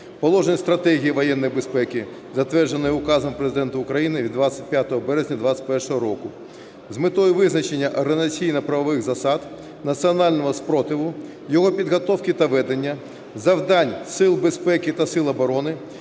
положень Стратегії воєнної безпеки, затвердженої Указом Президента України від 25 березня 21-го року з метою визначення організаційно-правових засад національного спротиву, його підготовки та ведення, завдань сил безпеки та сил оборони,